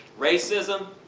racism.